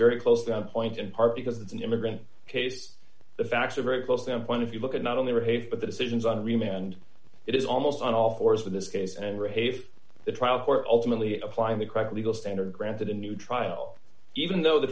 very close to employing in part because it's an immigrant case the facts are very close them point if you look at not only rape but the decisions on remand it is almost on all fours in this case and repave the trial court ultimately applying the correct legal standard granted a new trial even though the